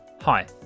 Hi